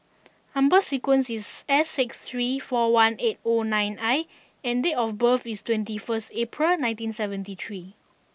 number sequence is S six three four one eight O nine I and date of birth is twenty first April nineteen seventy three